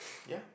ya